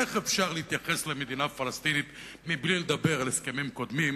איך אפשר להתייחס למדינה פלסטינית מבלי לדבר על הסכמים קודמים?